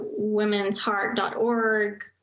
womensheart.org